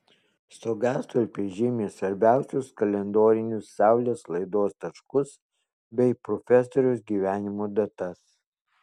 stogastulpiai žymi svarbiausius kalendorinius saulės laidos taškus bei profesoriaus gyvenimo datas